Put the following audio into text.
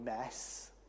mess